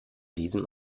diesem